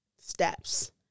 steps